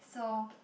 so